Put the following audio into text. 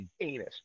anus